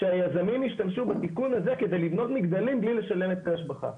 שהיזמים ישתמשו בתיקון הזה כדי לבנות מגדלים בלי לשלם היטל השבחה.